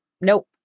Nope